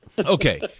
okay